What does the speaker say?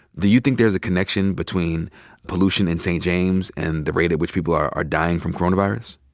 do you think there's a connection between pollution in st. james and the rate at which people are are dying from coronavirus?